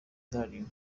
darling